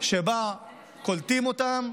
שבו קולטים אותם,